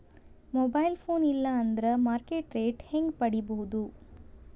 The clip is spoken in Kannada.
ಮೊಬೈಲ್ ಫೋನ್ ಇಲ್ಲಾ ಅಂದ್ರ ಮಾರ್ಕೆಟ್ ರೇಟ್ ಹೆಂಗ್ ಪಡಿಬೋದು?